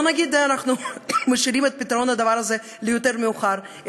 לא נגיד אנחנו משנים את פתרון הדבר הזה ליותר מאוחר,